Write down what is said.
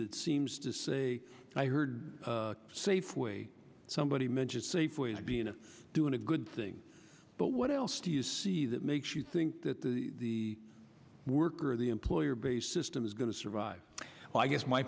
that seems to say i heard safeway somebody meant safeway's being a doing a good thing but what else do you see that makes you think that the work or the employer based system is going to survive well i guess my